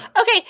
Okay